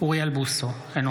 אוריאל בוסו, לא